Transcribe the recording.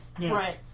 Right